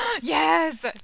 Yes